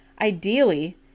Ideally